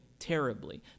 terribly